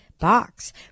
box